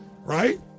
right